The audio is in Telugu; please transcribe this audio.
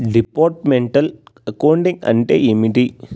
డిపార్ట్మెంటల్ అకౌంటింగ్ అంటే ఏమిటి?